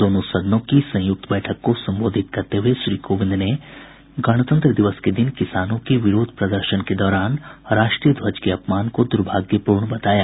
दोनों सदनों की संयुक्त बैठक को संबोधित करते हुए श्री कोविंद ने गणतंत्र दिवस के दिन किसानों के विरोध प्रदर्शन के दौरान राष्ट्रीय ध्वज के अपमान को दुर्भाग्यपूर्ण बताया